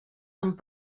amb